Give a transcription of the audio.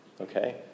okay